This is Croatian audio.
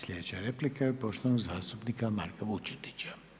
Sljedeća replika je poštovanog zastupnika Marka Vučetića.